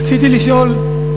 רציתי לשאול: